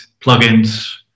plugins